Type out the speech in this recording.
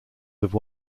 have